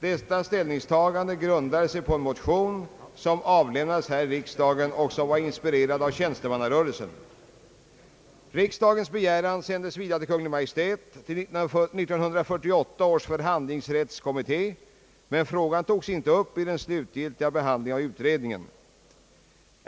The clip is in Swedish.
Detta ställningstagande grundade sig på en motion som avlämnats här i riksdagen och som var inspirerad av tjänstemannarörelsen. Riksdagens begäran sändes vidare av Kungl. Maj:t till 1948 års förhandlingsrättskommitté, men frågan togs inte upp i den slutliga behandlingen av utredningen.